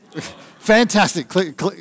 Fantastic